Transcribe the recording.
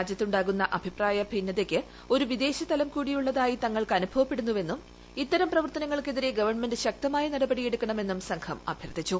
രാജ്യത്ത് ഉണ്ടാകുന്ന അഭിപ്രായ ഭിന്നതയ്ക്ക് ഒരു വിദേശതലം കൂടിയുള്ളതായി തങ്ങൾക്ക് അനുഭവപ്പെടുന്നുവെന്നും ഇത്തരം പ്രവർത്തനങ്ങൾക്കെതിരെ ഗവൺമെന്റ് ശക്തമായ നടപടിയെടുക്കണമെന്നും സംഘം അഭ്യർത്ഥിച്ചു